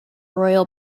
royal